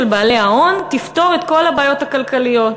בעלי ההון תפתור את כל הבעיות הכלכליות.